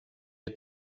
ihr